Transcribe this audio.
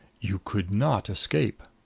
you could not escape!